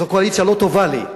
זאת קואליציה לא טובה לי,